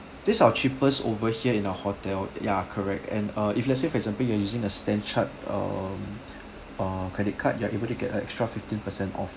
this are cheapest over here in our hotel ya correct and uh if let's say for example you are using a StanChart um uh credit card you are able to get a extra fifteen percent off